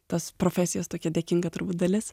tas profesijos tokia dėkinga turbūt dalis